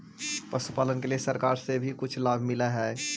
पशुपालन के लिए सरकार से भी कुछ लाभ मिलै हई?